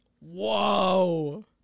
Whoa